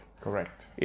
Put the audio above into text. Correct